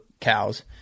cows